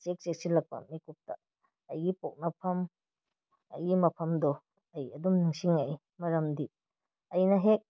check ꯆꯦꯛꯁꯤꯜꯂꯛꯄ ꯃꯤꯀꯨꯞꯇ ꯑꯩꯒꯤ ꯄꯣꯛꯅꯐꯝ ꯑꯩꯒꯤ ꯃꯐꯝꯗꯣ ꯑꯩ ꯑꯗꯨꯝ ꯅꯤꯡꯁꯤꯡꯉꯛꯏ ꯃꯔꯝꯗꯤ ꯑꯩꯅ ꯍꯦꯛ